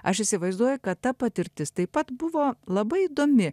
aš įsivaizduoju kad ta patirtis taip pat buvo labai įdomi